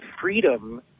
freedom